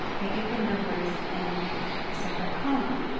i get the numbers in a separate column.